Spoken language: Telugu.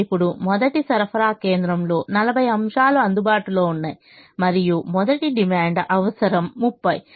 ఇప్పుడు మొదటి సరఫరా కేంద్రంలో 40 అంశాలు అందుబాటులో ఉన్నాయి మరియు మొదటి డిమాండ్ అవసరం 30